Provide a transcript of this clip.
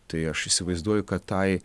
tai aš įsivaizduoju kad tai